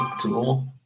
tool